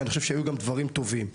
אני חושב שהיו גם דברים טובים.